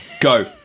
Go